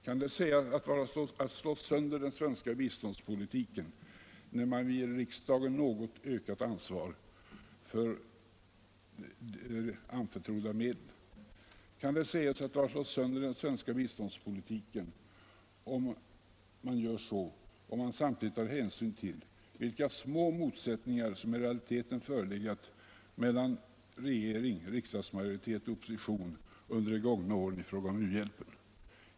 Kan det sägas vara att slå sönder den svenska biståndspolitiken när man vill ge riksdagen ett något ökat ansvar för anförtrodda medel? Kan det sägas att man har slagit sönder den svenska biståndspolitiken om man gör så, ifall man samtidigt tar hänsyn till vilka små motsättningar som i realiteten förelegat mellan regering, riksdagsmajoritet och opposition under de gångna åren i fråga om u-hjälpen?